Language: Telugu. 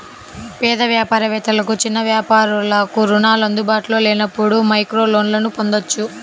పేద వ్యాపార వేత్తలకు, చిన్న వ్యాపారాలకు రుణాలు అందుబాటులో లేనప్పుడు మైక్రోలోన్లను పొందొచ్చు